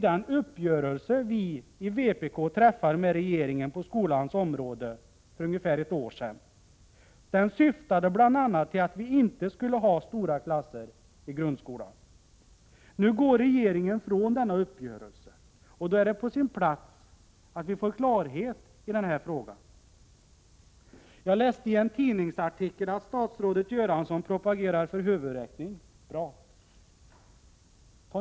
Den uppgörelse som vpk träffade med regeringen på skolans område för ungefär ett år sedan syftade bl.a. till att vi inte skulle ha stora klasser i grundskolan. Nu går regeringen från denna uppgörelse. Det är på sin plats att vi får klarhet i denna fråga. Jag läste i en tidningsartikel att statsrådet Göransson propagerar för huvudräkning — bra!